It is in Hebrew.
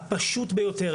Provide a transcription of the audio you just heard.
הפשוט ביותר,